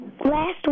Last